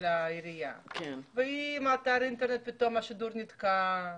העירייה ואם באתר האינטרנט פתאום השידור נתקע?